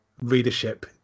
readership